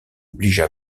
obligea